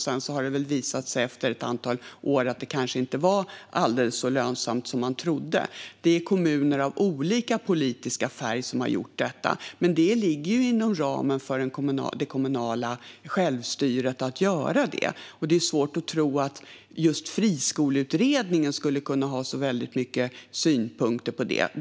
Sedan har det visat sig efter ett antal år att det kanske inte var riktigt så lönsamt som man trodde. Det är kommuner av olika politisk färg som har gjort detta. Men det ligger inom ramen för det kommunala självstyret att göra det. Det är svårt att tro att just friskoleutredningen skulle kunna ha så väldigt mycket synpunkter på detta.